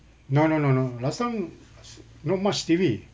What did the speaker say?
no no no no last time s~ not much T_V